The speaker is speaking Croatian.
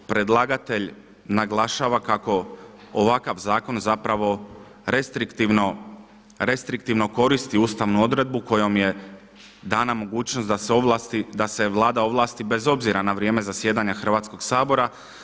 Predlagatelj naglašava kako ovakav zakon zapravo restriktivno koristi ustavnu odredbu kojom je dana mogućnost da se ovlasti, da se Vlada ovlasti bez obzira na vrijeme zasjedanja Hrvatskog sabora.